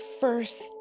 first